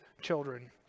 children